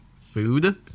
food